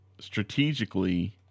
strategically